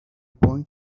point